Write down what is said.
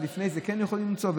ולפני זה כן יכולים למצוא?